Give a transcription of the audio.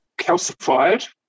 calcified